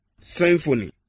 Symphony